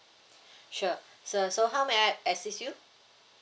sure sir so how may I assist you